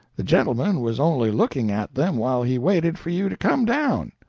the gentleman was only looking at them while he waited for you to come down.